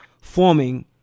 forming